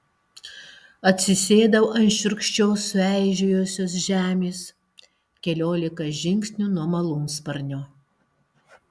atsisėdau ant šiurkščios sueižėjusios žemės keliolika žingsnių nuo malūnsparnio